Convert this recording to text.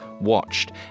watched